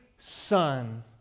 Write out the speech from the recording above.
Son